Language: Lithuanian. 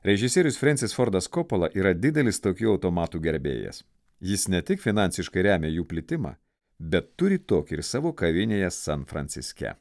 režisierius frensis fordas kopola yra didelis tokių automatų gerbėjas jis ne tik finansiškai remia jų plitimą bet turi tokį ir savo kavinėje san franciske